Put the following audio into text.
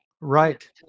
Right